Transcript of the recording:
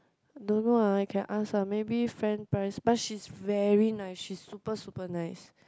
don't know ah I can ask ah maybe friend price but she's very nice she's super super nice